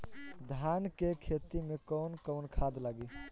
धान के खेती में कवन कवन खाद लागी?